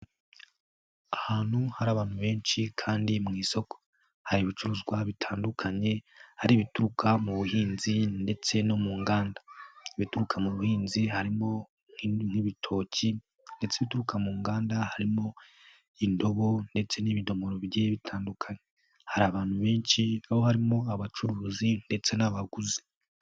Ahantu hari abantu benshi kandi mu isoko, hari ibicuruzwa bitandukanye, hari ibituruka mu buhinzi ndetse no mu nganda, ibituruka mu buhinzi harimo nk'ibitoki ndetse ibituruka mu nganda harimo indobo ndetse n'ibidomoro bigiye bitandukanye, hari abantu benshi aho harimo abacuruzi ndetse n'abaguzi.